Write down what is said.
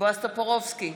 בועז טופורובסקי,